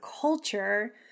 culture